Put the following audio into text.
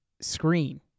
screen